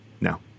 No